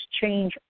change